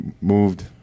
moved